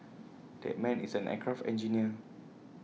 that man is an aircraft engineer